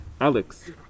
Alex